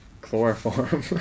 Chloroform